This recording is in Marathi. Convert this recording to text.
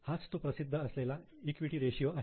हाच तो प्रसिद्ध असलेला ईक्विटी रेशियो आहे